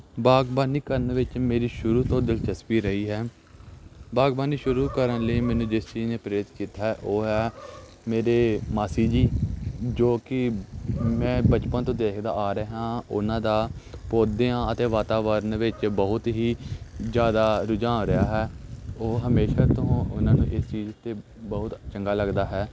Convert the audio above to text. ਬਾਗਬਾਨੀ ਕਰਨ ਵਿੱਚ ਮੇਰੀ ਸ਼ੁਰੂ ਤੋਂ ਦਿਲਚਸਪੀ ਰਹੀ ਹੈ ਬਾਗਬਾਨੀ ਸ਼ੁਰੂ ਕਰਨ ਲਈ ਮੈਨੂੰ ਜਿਸ ਚੀਜ਼ ਨੇ ਪ੍ਰੇਰਿਤ ਕੀਤਾ ਉਹ ਹੈ ਮੇਰੇ ਮਾਸੀ ਜੀ ਜੋ ਕਿ ਮੈਂ ਬਚਪਨ ਤੋਂ ਦੇਖਦਾ ਆ ਰਿਹਾ ਹਾਂ ਉਹਨਾਂ ਦਾ ਪੌਦਿਆਂ ਅਤੇ ਵਾਤਾਵਰਨ ਵਿੱਚ ਬਹੁਤ ਹੀ ਜ਼ਿਆਦਾ ਰੁਝਾਨ ਰਿਹਾ ਹੈ ਉਹ ਹਮੇਸ਼ਾ ਤੋਂ ਉਹਨਾਂ ਨੂੰ ਇਸ ਚੀਜ਼ 'ਤੇ ਬਹੁਤ ਚੰਗਾ ਲੱਗਦਾ ਹੈ